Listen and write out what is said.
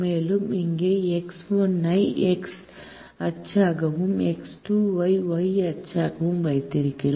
மேலும் இங்கே X1 ஐ X அச்சாகவும் X2 ஐ Y அச்சாகவும் வைத்திருக்கிறோம்